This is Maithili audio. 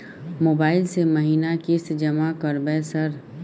मोबाइल से महीना किस्त जमा करबै सर?